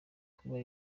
kuba